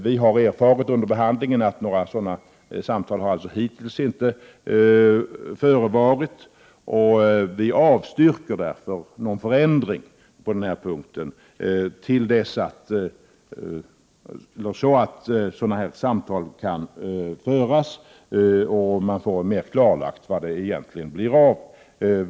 Utskottet har under behandlingen erfarit att några sådana samtal hittills inte förts och avstyrker därför en förändring på den här punkten till dess att samtal har förts och frågan blir mer klarlagd.